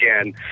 again